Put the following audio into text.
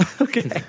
okay